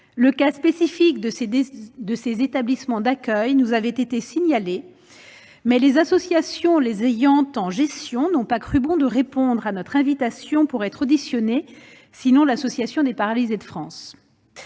le cas spécifique de ces établissements d'accueil nous a été signalé, mais les associations les ayant en gestion n'ont pas cru bon de répondre à notre invitation pour être auditionnées, excepté APF France